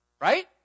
right